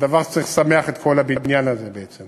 זה דבר שצריך לשמח את כל הבניין הזה בעצם.